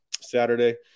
Saturday